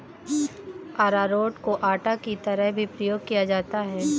अरारोट को आटा की तरह भी प्रयोग किया जाता है